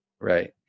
Right